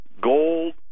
Gold